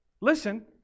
listen